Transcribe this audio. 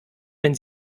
wenn